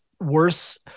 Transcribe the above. worse